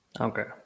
Okay